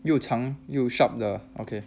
又长又 sharp okay